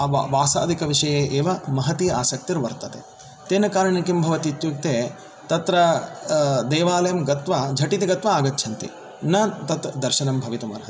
वासादिकविषये एव महती आसक्तिर्वर्तते तेन कारणेन किं भवति इत्युक्ते तत्र देवालयं गत्वा झटिति गत्वा आगच्छन्ति न तत् दर्शनं भवितुम् अर्हति